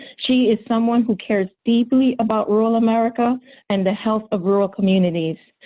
she is someone who cares deeply about rural america and the health of rural communities.